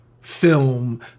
film